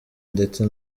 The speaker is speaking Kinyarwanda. ndetse